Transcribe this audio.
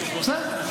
ומה אתה עונה להם?